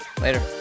Later